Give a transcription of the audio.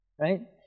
right